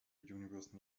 universe